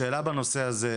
שאלה בנושא הזה.